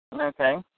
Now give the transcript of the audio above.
Okay